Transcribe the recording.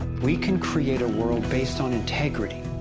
we can create a world based on integrity.